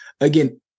again